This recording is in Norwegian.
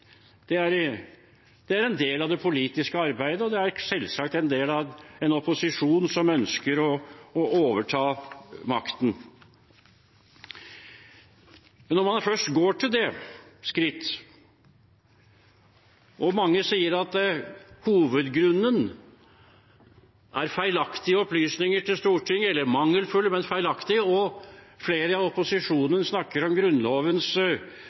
en ny regjering. Det er en del av det politisk arbeidet, og det er selvsagt en del av en opposisjon som ønsker å overta makten. Men når man først går til det skritt – mange sier at hovedgrunnen er feilaktige eller mangelfulle opplysninger til Stortinget, og flere i opposisjonen snakker om